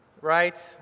right